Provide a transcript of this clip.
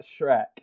Shrek